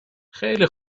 خیله